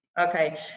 Okay